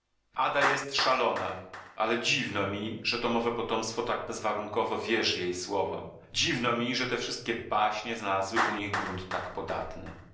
ada jest szalona ale dziwno mi że tomowe potomstwo tak bezwarunkowo wierzy jej słowom dziwno mi że te wszystkie baśnie znalazły u nich grunt tak podatny